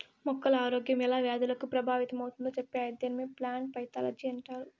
మొక్కల ఆరోగ్యం ఎలా వ్యాధులకు ప్రభావితమవుతుందో చెప్పే అధ్యయనమే ప్లాంట్ పైతాలజీ అంటారు